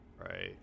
Right